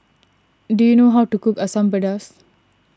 do you know how to cook Asam Pedas